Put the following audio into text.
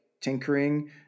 tinkering